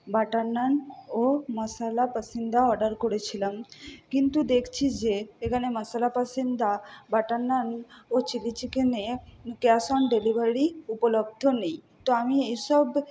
butter naan ও masala pasanda order করেছিলাম কিন্তু দেখছি যে এখানে মশালা পাসিন্দা বাটার নান ও চিলি চিকেনে ক্যাশ অন ডেলিভারি উপলব্ধ নেই তো আমি এসব